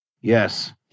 Yes